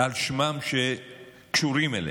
על שמם, שקשורים אליהם.